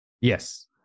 yes